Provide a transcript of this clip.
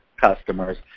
customers